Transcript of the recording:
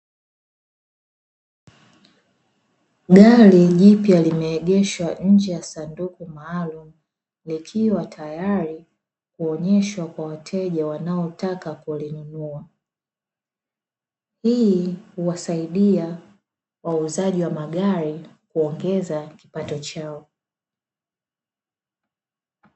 Gari jipya limeegeshwa nje ya sanduku maalumu, likiwa tayari kuonyeshwa kwa wateja wanaotaka kulinunua. Hii huwasaidia wauzaji wa magari kuongeza kipato chao.